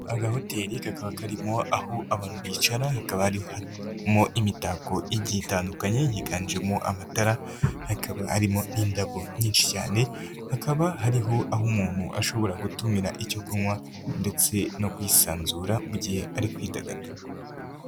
Agahoteli kakaba karimo aho abantu bicara, hakaba arimo imitako igiye itandukanye, higanjemo amatara, hakaba harimo indabo nyinshi cyane, hakaba hariho aho umuntu ashobora gutumira icyo kunywa ndetse no kwisanzura mu gihe ari kwidagadura.